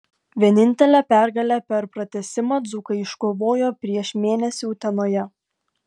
vienintelę pergalę per pratęsimą dzūkai iškovojo prieš mėnesį utenoje